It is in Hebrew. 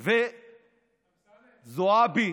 וזועבי,